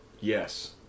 Yes